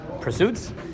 pursuits